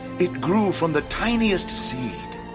it grew from the tiniest seed.